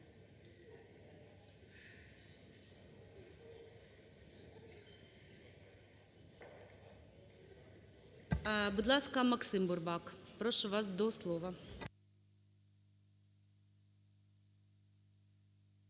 Будь ласка, Максим Бурбак, прошу вас до слова.